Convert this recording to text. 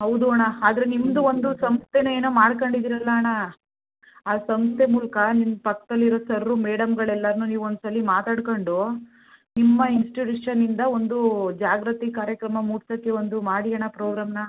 ಹೌದು ಅಣ್ಣ ಆದರೆ ನಿಮ್ದು ಒಂದು ಸಂಸ್ಥೆನೋ ಏನೋ ಮಾಡ್ಕೊಂಡಿದಿರಲ ಅಣ್ಣ ಆ ಸಂಸ್ಥೆ ಮೂಲಕ ನಿಮ್ಮ ಪಕ್ಕದಲ್ಲಿರೋ ಸರ್ರು ಮೇಡಮ್ಗಳು ಎಲ್ಲರ್ನು ನೀವು ಒಂದು ಸಲ ಮಾತಾಡ್ಕೊಂಡು ನಿಮ್ಮ ಇನ್ಸ್ಟಿಟ್ಯೂಷನಿಂದ ಒಂದು ಜಾಗೃತಿ ಕಾರ್ಯಕ್ರಮ ಮೂಡ್ಸೋಕ್ಕೆ ಒಂದು ಮಾಡಿ ಅಣ್ಣ ಪ್ರೋಗ್ರಾಮನ್ನ